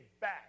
back